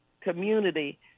community